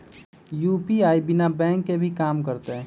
UPI बिना bank के भी कम करतै?